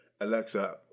Alexa